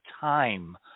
time